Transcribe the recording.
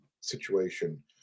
situation